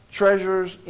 treasures